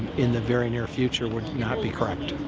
in the very near future, would not be correct.